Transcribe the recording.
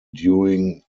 during